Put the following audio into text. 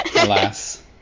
alas